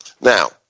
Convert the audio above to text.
Now